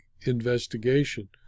investigation